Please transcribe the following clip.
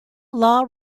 law